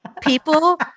People